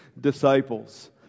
disciples